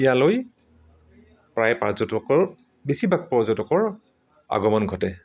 ইয়ালৈ প্ৰায় পৰ্যটকৰ বেছিভাগ পৰ্যটকৰ আগমন ঘটে